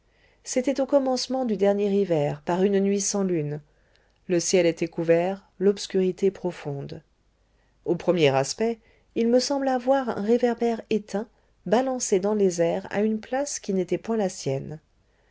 c'était au commencement du dernier hiver par une nuit sans lune le ciel était couvert l'obscurité profonde au premier aspect il me sembla voir un réverbère éteint balancé dans les airs à une place qui n'était point la sienne